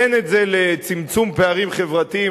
תן את זה לצמצום פערים חברתיים,